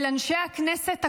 אל אנשי הכנסת הקטנה.